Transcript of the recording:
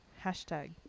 hashtag